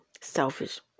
selfish